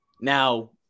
now